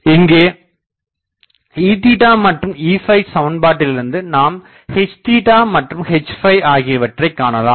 இங்கே E மற்றும் Eசமன்பாட்டிலிருந்து நாம் H மற்றும் H ஆகியவற்றைக் காணலாம்